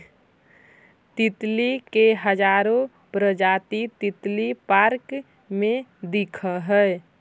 तितली के हजारो प्रजाति तितली पार्क में दिखऽ हइ